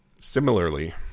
Similarly